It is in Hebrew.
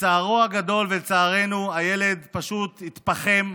לצערו הגדול ולצערנו הילד פשוט התפחם,